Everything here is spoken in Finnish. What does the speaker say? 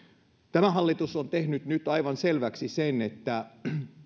tämä hallitus on tehnyt nyt aivan selväksi sen että